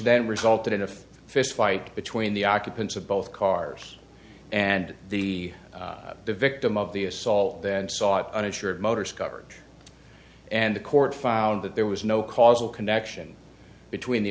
then resulted in a fistfight between the occupants of both cars and the victim of the assault then saw uninsured motorist coverage and the court found that there was no causal connection between the